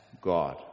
God